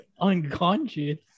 unconscious